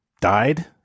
died